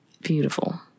beautiful